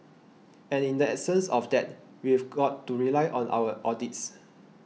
and in the absence of that we've got to rely on our audits